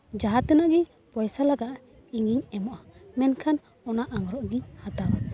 ᱡᱟᱦᱟᱸ ᱛᱤᱱᱟᱹᱜ ᱜᱮ ᱯᱚᱭᱥᱟ ᱞᱟᱜᱟᱜ ᱤᱧᱤᱧ ᱮᱢᱚᱜᱼᱟ ᱢᱮᱱᱠᱷᱟᱱ ᱚᱱᱟ ᱟᱝᱨᱚᱵᱽ ᱜᱤᱧ ᱦᱟᱛᱟᱣᱟ